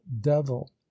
devil